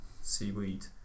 seaweed